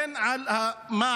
הן על המע"מ,